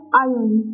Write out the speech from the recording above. iron